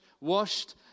washed